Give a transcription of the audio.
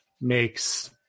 makes